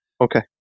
Okay